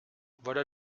voilà